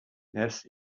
nes